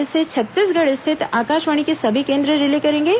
इसे छत्तीसगढ़ स्थित आकाशवाणी के सभी केंद्र रिले करेंगे